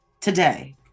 today